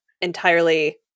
entirely